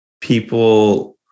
People